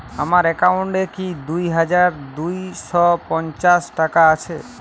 আমার অ্যাকাউন্ট এ কি দুই হাজার দুই শ পঞ্চাশ টাকা আছে?